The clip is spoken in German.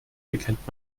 erkennt